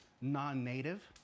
non-native